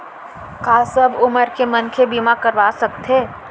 का सब उमर के मनखे बीमा करवा सकथे?